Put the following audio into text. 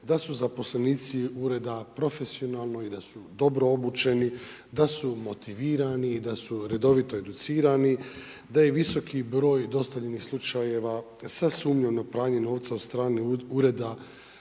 da su zaposlenici ureda profesionalno i da su dobro obučeni, da su motivirani i da su redovito educirani, da je visoki broj dostavljenih slučajeva, sa sumnjom na pranje novca od strane ureda